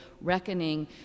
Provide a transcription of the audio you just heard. reckoning